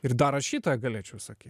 ir dar aš šitą galėčiau sakyt